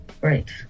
great